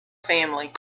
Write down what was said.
family